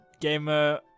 gamer